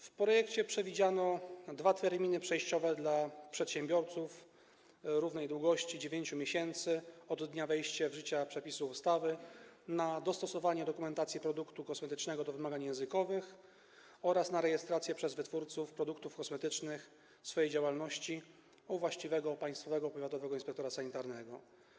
W projekcie przewidziano dwa równej długości terminy przejściowe dla przedsiębiorców: 9 miesięcy od dnia wejścia w życie przepisów ustawy na dostosowanie dokumentacji produktu kosmetycznego do wymagań językowych oraz na rejestrację przez wytwórców produktów kosmetycznych swojej działalności u właściwego państwowego powiatowego inspektora sanitarnego.